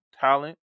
talent